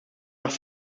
nach